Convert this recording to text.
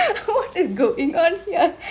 what is goingk on here